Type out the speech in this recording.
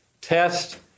test